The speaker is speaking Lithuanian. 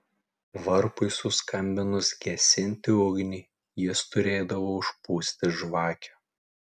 varpui suskambinus gesinti ugnį jis turėdavo užpūsti žvakę